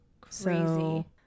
Crazy